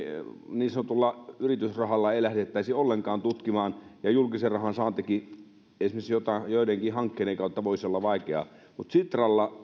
niin sanotulla yritysrahalla ei lähdettäisi ollenkaan tutkimaan ja joihin julkisen rahan saantikin esimerkiksi joidenkin hankkeiden kautta voisi olla vaikeaa sitralla